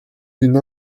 d’une